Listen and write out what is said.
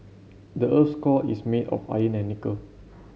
the earth's core is made of iron and nickel